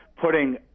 putting